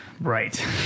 Right